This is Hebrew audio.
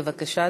בבקשה,